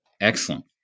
Excellent